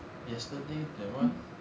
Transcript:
yesterday that one